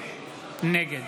נגד